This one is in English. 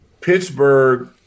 Pittsburgh